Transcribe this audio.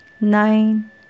nine